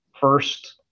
first